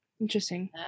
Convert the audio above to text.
interesting